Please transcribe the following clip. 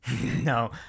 no